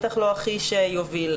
בטח לא הכי שיוביל.